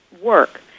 work